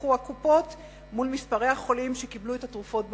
שדיווחו הקופות מול מספרי החולים שקיבלו את התרופות בפועל.